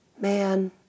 Man